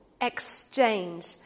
exchange